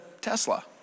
Tesla